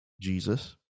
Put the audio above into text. Jesus